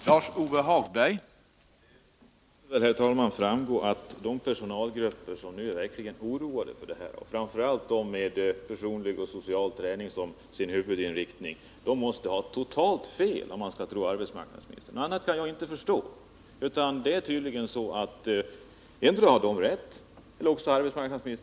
Herr talman! Jag kan inte tolka arbetsmarknadsministerns besked här på annat sätt än att de personalgrupper som nu verkligen oroar sig — framför allt de som huvudsakligen skall ägna sig åt personlig och social träning — måste ha totalt fel. Endera har de eller arbetsmarknadsministern rätt, och hur det ligger tillidet fallet återstår att se. Vi skall noga undersöka hur det förhåller sig.